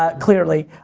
ah clearly,